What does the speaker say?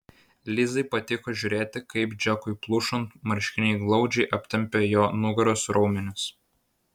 lizai patiko žiūrėti kaip džekui plušant marškiniai glaudžiai aptempia jo nugaros raumenis